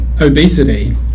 obesity